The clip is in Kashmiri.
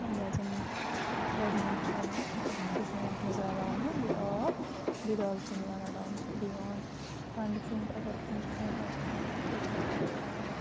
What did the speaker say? یَتھ زَنہٕ چھِ وَنان سُہ چھِ یِوان اَتھ منٛز رَلاونہٕ بیٚیہِ آب بیٚیہِ دالہٕ چیٖن یِوان رَلاونہٕ بیٚیہِ یِوان کھنٛڈٕ پیوٗنت یِوان اگر أمِس کھیوٚن آسہِ کھنٛڈ تہٕ تیٚلہِ چھِنَس کھنٛڈ تہِ رَلاوان